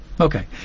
Okay